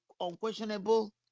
unquestionable